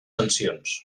sancions